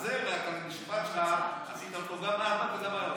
על זה והמשפט שלך, גם היה עוצר אותך.